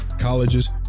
colleges